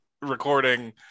recording